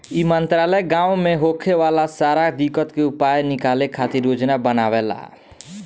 ई मंत्रालय गाँव मे होखे वाला सारा दिक्कत के उपाय निकाले खातिर योजना बनावेला